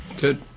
Good